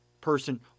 person